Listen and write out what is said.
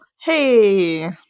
Hey